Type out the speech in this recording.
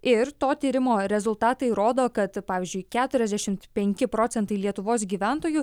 ir to tyrimo rezultatai rodo kad pavyzdžiui keturiasdešimt penki procentai lietuvos gyventojų